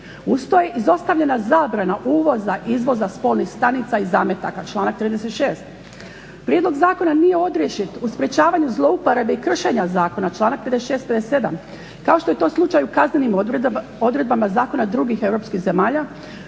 Uz to je izostavljena zabrana uvoza i izvoza spolnih stanica i zametaka, članak 36. Prijedlog zakona nije odrješit u sprečavanju zlouporabe i kršenja zakona članak 56. i 57. kao što je to slučaj u kaznenim odredbama zakona drugih europskih zemalja